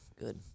good